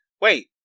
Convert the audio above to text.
Wait